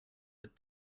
but